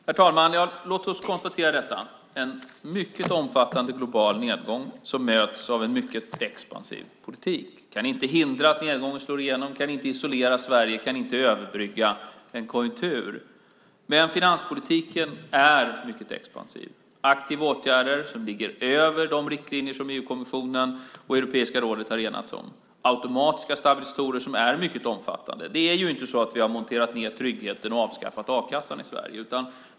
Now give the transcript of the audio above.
Herr talman! Låt oss konstatera att vi har en mycket omfattande global nedgång som möts av en mycket expansiv politik. Vi kan inte hindra att nedgången slår igenom. Vi kan inte isolera Sverige. Vi kan inte överbrygga en konjunktur. Finanspolitiken är mycket expansiv. Det är aktiva åtgärder som ligger över de riktlinjer som EU-kommissionen och Europeiska rådet har enats om. Vi har automatiska stabilisatorer som är mycket omfattande. Vi har inte monterat ned tryggheten och avskaffat a-kassan i Sverige.